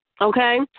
Okay